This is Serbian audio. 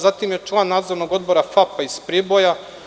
Zatim je član nadzornog odbora FAP iz Priboja.